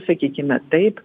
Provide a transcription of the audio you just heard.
sakykime taip